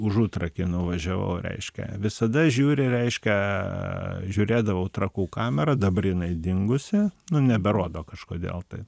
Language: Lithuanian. užutrakį nuvažiavau reiškia visada žiūri reiškia žiūrėdavau trakų kamerą dabar jinai dingusi nu neberodo kažkodėl tai